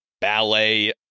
ballet